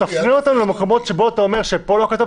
תפנה אותנו למקומות שבהם לא כתוב